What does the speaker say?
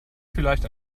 vielleicht